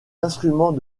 instruments